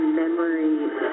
memories